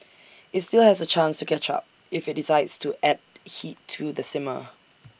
IT still has A chance to catch up if IT decides to add heat to the simmer